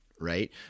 right